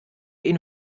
ihnen